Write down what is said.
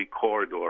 corridor